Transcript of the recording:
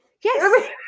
yes